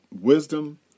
wisdom